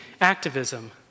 activism